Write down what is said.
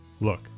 Look